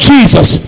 Jesus